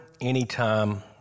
anytime